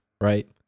right